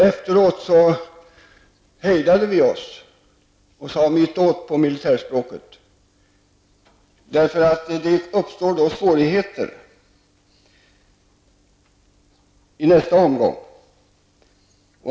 Efteråt hejdade vi oss och sade mittåt på militärt språk. Det uppstår då svårigheter i nästa omgång.